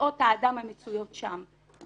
מחלאות האדם המצויות שם.